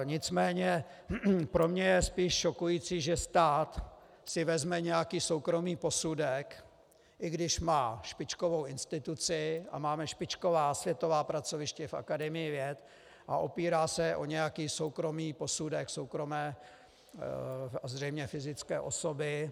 Nicméně pro mě je spíš šokující, že stát si vezme nějaký soukromý posudek, i když má špičkovou instituci a máme špičková světová pracoviště v Akademii věd, a opírá se o nějaký soukromý posudek soukromé, zřejmě fyzické osoby.